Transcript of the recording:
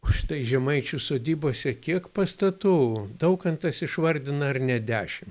o štai žemaičių sodybose kiek pastatų daukantas išvardina ar ne dešim